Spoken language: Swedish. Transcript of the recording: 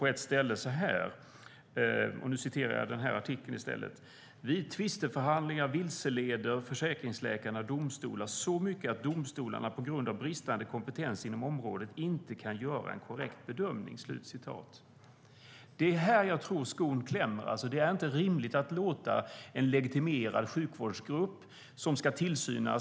På ett ställe i artikeln står det så här om försäkringsläkarna: "Vid tvisteförhandlingar vilseleder de domstolarna så mycket att domstolarna på grund av bristande kompetens inom området inte kan göra en korrekt bedömning." Jag tror att det är här skon klämmer. Det är inte rimligt att låta en legitimerad sjukvårdsgrupp gå vidare och ta en eventuell inkompetens inom domstolarna på sina axlar.